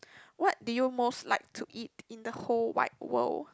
what do you most like to eat in the whole wide world